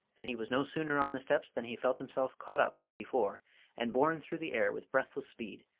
and he was no sooner on the steps than he felt himself caught up as before and borne through the air with breathless speed,